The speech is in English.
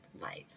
life